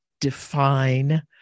define